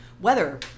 weather